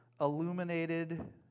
illuminated